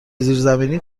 زیرزمینی